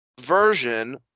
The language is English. version